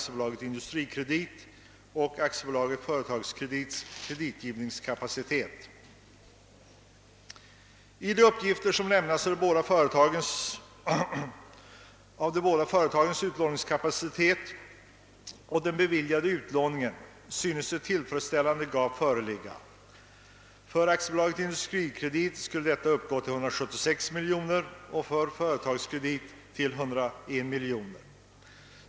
I de uppgifter som lämnats om de båda företagens utlåningskapacitet och den beviljade utlåningen synes ett tillfredsställande gap föreligga. För AB Industrikredit skulle detta uppgå till 176 miljoner och för AB Företagskredit till 101 miljoner.